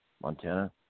Montana